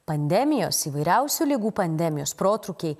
pandemijos įvairiausių ligų pandemijos protrūkiai